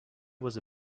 was